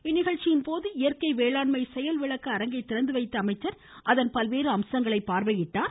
இந்நிகழ்ச்சியின்போது இயற்கை வேளாண்மை செயல்விளக்க அரங்கை திறந்துவைத்த அமைச்சர் அதன் பல்வேறு அம்சங்களை பார்வையிட்டார்